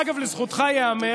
אגב, לזכותך ייאמר